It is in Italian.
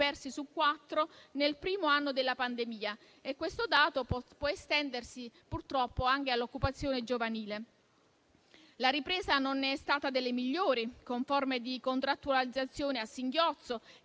persi su quattro nel primo anno della pandemia e questo dato può estendersi, purtroppo, anche all'occupazione giovanile. La ripresa non è stata delle migliori, con forme di contrattualizzazione a singhiozzo